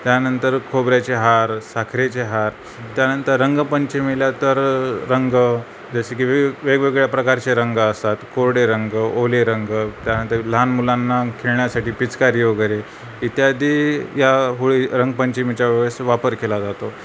त्यानंतर खोबऱ्याचे हार साखरेचे हार त्यानंतर रंगपंचमीला तर रंग जसे की वेग वेगवेगळ्या प्रकारचे रंग असतात कोरडे रंग ओले रंग त्यानंतर लहान मुलांना खेळण्यासाठी पिचकारी वगैरे इत्यादी या होळी रंगपंचमीच्या वेळेस वापर केला जातो